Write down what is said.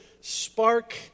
Spark